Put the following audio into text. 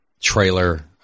trailer